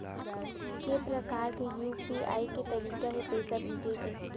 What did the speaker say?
के प्रकार के यू.पी.आई के तरीका हे पईसा भेजे के?